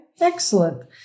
excellent